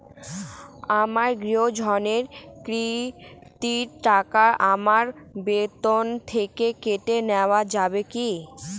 আমার গৃহঋণের কিস্তির টাকা আমার বেতন থেকে কেটে নেওয়া যাবে কি?